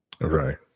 right